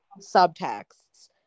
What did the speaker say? subtexts